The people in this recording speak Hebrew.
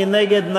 מי נגד?